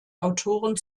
autoren